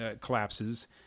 collapses